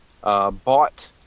Bought